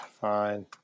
Fine